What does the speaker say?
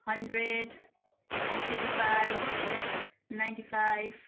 hundred eighty five ninety five